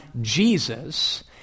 Jesus